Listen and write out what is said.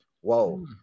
Whoa